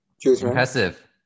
impressive